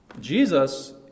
Jesus